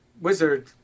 Wizard